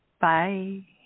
Bye